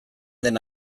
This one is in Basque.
den